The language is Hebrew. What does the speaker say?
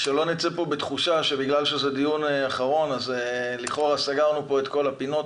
שלא נצא בתחושה שבגלל שזה דיון אחרון לכאורה סגרנו פה את כל הפינות.